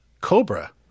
Cobra